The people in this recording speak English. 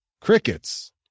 Crickets